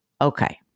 Okay